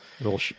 little